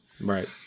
Right